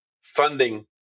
funding